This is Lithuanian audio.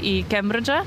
į kembridžą